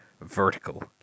vertical